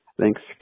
Thanks